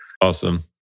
awesome